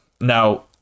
Now